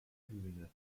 bühne